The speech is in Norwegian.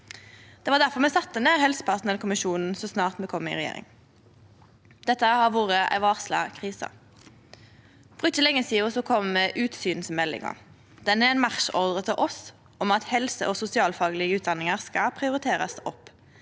Det var difor me sette ned helsepersonellkommisjonen så snart me kom i regjering. Dette har vore ei varsla krise. For ikkje lenge sidan kom utsynsmeldinga. Ho er ein marsjordre til oss om at helse og sosialfaglege utdanningar skal prioriterast opp.